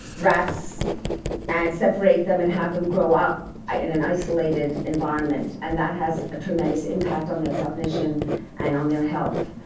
rats and separate them and have them grow up in an isolated environment. and that has a tremendous impact on their cognition and on their health.